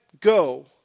go